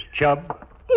Chubb